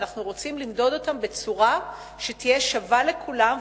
ואנחנו רוצים למדוד אותם בצורה שתהיה שווה לכולם,